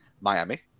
Miami